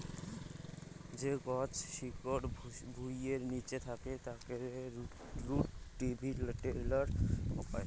যে গছ শিকড় ভুঁইয়ের নিচে থাকে তাকে রুট ভেজিটেবল কয়